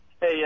Hey